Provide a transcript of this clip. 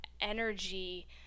energy